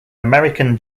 american